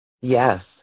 Yes